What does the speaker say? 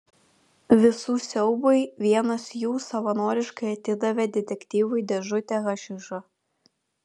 visų siaubui vienas jų savanoriškai atidavė detektyvui dėžutę hašišo